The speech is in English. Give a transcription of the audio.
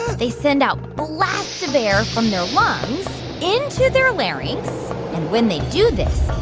they send out blasts of air from their lungs into their larynx. and when they do this,